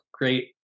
great